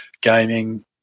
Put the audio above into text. gaming